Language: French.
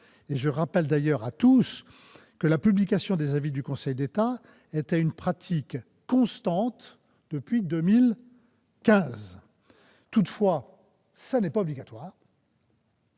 D'ailleurs, la publication des avis du Conseil d'État était une pratique constante depuis 2015. Toutefois, elle n'est pas obligatoire